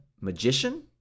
magician